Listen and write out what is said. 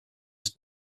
was